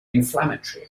inflammatory